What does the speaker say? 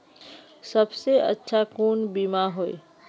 सबसे अच्छा कुन बिमा होय?